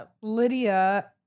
Lydia